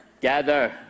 Gather